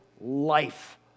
life